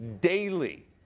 daily